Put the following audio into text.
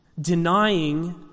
denying